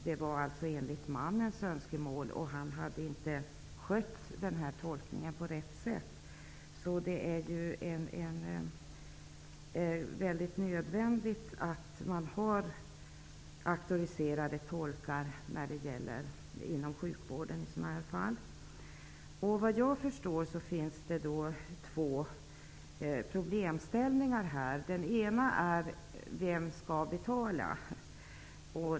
Det var alltså enligt mannens önskemål, och han hade inte skött tolkningen på rätt sätt. Det är absolut nödvändigt att man har auktoriserade tolkar inom sjukvården i sådana här fall. Vad jag förstår finns det två problemställningar här. Den ena är: Vem skall betala?